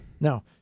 No